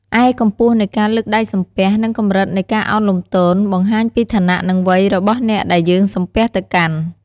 ឯកម្ពស់នៃការលើកដៃសំពះ និងកម្រិតនៃការឱនលំទោន បង្ហាញពីឋានៈ និងវ័យរបស់អ្នកដែលយើងសំពះទៅកាន់។